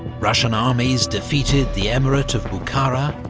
russian armies defeated the emirate of bukhara,